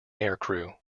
aircrew